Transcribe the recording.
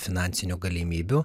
finansinių galimybių